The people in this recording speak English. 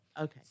Okay